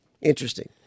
Interesting